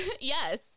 yes